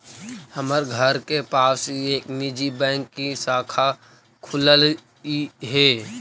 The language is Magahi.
हमर घर के पास ही एक निजी बैंक की शाखा खुललई हे